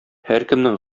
һәркемнең